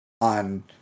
on